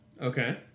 Okay